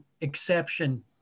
exception